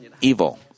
evil